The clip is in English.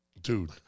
Dude